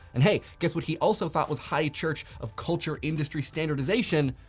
and hey, guess what he also thought was high church of culture industry standardization?